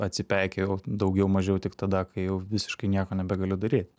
atsipeikėjau daugiau mažiau tik tada kai jau visiškai nieko nebegaliu daryt